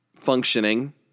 functioning